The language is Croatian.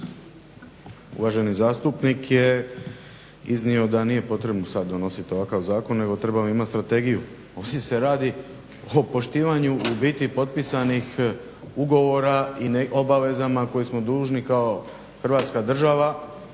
Uvaženi zastupnik je iznio da nije potrebno sad donositi ovakav zakon nego trebamo imati strategiju. Ovdje se radi o poštivanju ubiti potpisanih ugovora i nekim obavezama koje smo dužni kao Hrvatska država